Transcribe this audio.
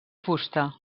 fusta